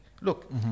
look